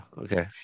Okay